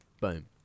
Boom